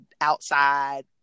outside